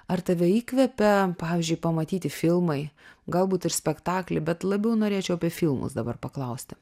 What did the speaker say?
ar tave įkvepia pavyzdžiui pamatyti filmai galbūt ir spektakliai bet labiau norėčiau apie filmus dabar paklausti